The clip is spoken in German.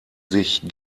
sich